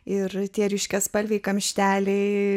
ir tie ryškiaspalviai kamšteliai